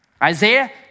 Isaiah